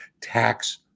tax